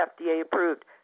FDA-approved